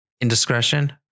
indiscretion